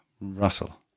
Russell